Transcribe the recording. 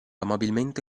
amabilmente